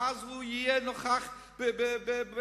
והוא יהיה נוכח בבית-החולים,